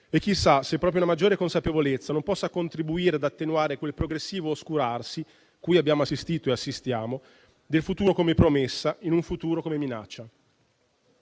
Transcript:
E chissà se proprio la maggiore consapevolezza non possa contribuire ad attenuare quel progressivo oscurarsi, cui abbiamo assistito e assistiamo, del futuro come promessa in un futuro come minaccia.